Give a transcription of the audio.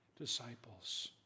disciples